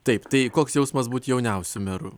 taip tai koks jausmas būt jauniausiu meru